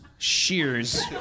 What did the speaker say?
Shears